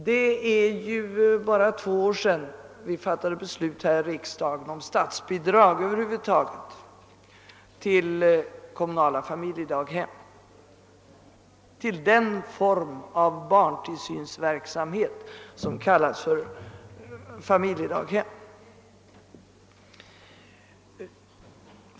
Det är ju bara två år sedan vi fattade beslut här i riksdagen om statsbidrag över huvud taget till kommunala familjedaghem, till den form av barntillsynsverksamhet som kallas för familjedaghem.